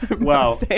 Wow